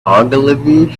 ogilvy